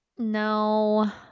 No